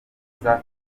nziza